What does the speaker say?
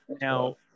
Now